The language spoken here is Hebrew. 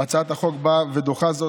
הצעת החוק באה ודוחה זאת,